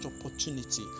opportunity